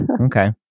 Okay